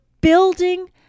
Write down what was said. building